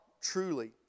truly